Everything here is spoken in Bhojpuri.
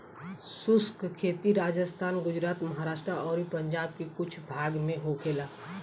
शुष्क खेती राजस्थान, गुजरात, महाराष्ट्र अउरी पंजाब के कुछ भाग में होखेला